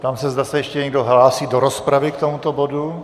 Ptám se, zda se ještě někdo hlásí do rozpravy k tomuto bodu.